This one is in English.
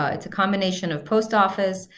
ah it's a combination of post office,